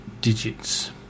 digits